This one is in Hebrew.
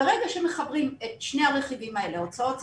ברגע שמחברים את שני הרכיבים האלה, הוצאות שכר,